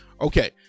Okay